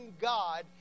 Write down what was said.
God